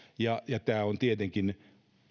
ja ja tässä on tietenkin